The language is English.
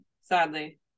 sadly